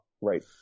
right